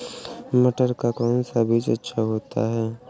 मटर का कौन सा बीज अच्छा होता हैं?